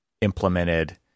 implemented